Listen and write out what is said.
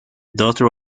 daughter